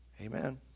Amen